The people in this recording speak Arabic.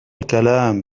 الكلام